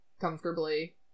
comfortably